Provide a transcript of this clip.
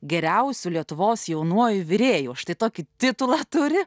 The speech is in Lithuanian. geriausiu lietuvos jaunuoju virėju o štai tokį titulą turi